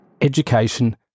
education